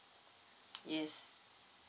yes